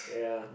ya